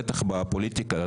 בטח בפוליטיקה,